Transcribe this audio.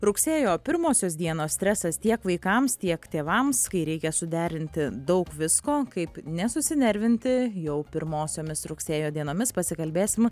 rugsėjo pirmosios dienos stresas tiek vaikams tiek tėvams kai reikia suderinti daug visko kaip nesusinervinti jau pirmosiomis rugsėjo dienomis pasikalbėsim